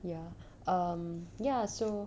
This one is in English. ya um ya so